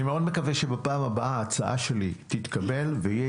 אני מאוד מקווה שבפעם הבאה ההצעה שלי תתקבל ויהיה